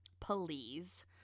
please